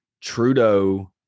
Trudeau